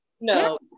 no